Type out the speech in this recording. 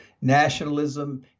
nationalism